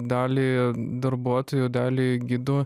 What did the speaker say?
dalį darbuotojų dalį gidų